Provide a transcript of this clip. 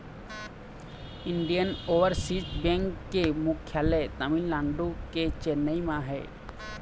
Indian overseas bank के मुख्यालय तमिलनाडु के चेन्नई म हे